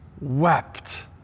wept